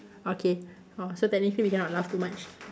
okay orh so technically we cannot laugh too much